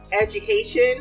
education